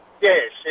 Yes